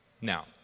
Now